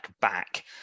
back